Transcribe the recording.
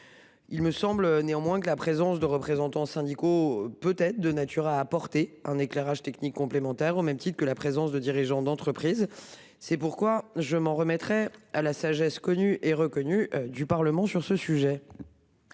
je considère également que la présence de représentants syndicaux peut être de nature à apporter un éclairage technique complémentaire, au même titre que la présence de dirigeants d’entreprise. C’est pourquoi je m’en remettrai à la sagesse connue et reconnue du Sénat. Je mets